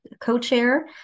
co-chair